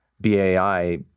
BAI